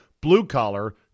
blue-collar